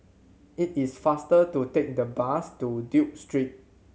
it is faster to take the bus to Duke Street